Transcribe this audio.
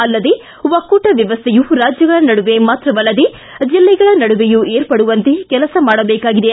ಅಲ್ಲದೇ ಒಕ್ಕೂಟ ವ್ಯವಸ್ಥೆಯೂ ರಾಜ್ಯಗಳ ನಡುವೆ ಮಾತ್ರವಲ್ಲದೇ ಜಿಲ್ಲೆಗಳ ನಡುವೆಯೂ ಏರ್ಪಡುವಂತೆ ಕೆಲಸ ಮಾಡಬೇಕಾಗಿದೆ